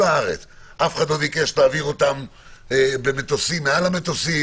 אף אחד לא ביקש שתעביר אותם מעל המטוסים,